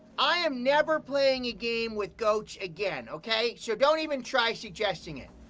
i am never playing a game with goats again, okay? so don't even try suggesting it.